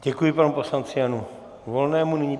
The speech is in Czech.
Děkuji panu poslanci Janu Volnému.